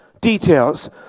Details